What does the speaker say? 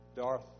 Darth